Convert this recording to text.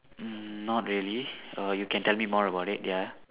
mm not really err you can tell me more about it ya